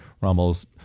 Rommel's